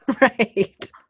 Right